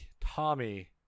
Tommy